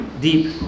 deep